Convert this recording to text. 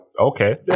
Okay